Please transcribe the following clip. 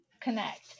connect